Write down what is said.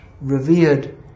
revered